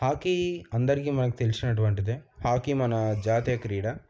hockey అందరికీ మనకి తెలిసినటువంటిదే హాకీ మన జాతీయ క్రీడా